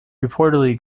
reportedly